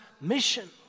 mission